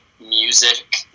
music